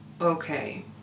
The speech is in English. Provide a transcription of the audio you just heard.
okay